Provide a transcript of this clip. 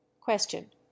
question